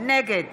נגד